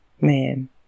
Man